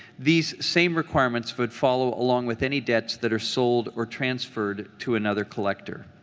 these same requirements would follow along with any debts that are sold or transferred to another collector.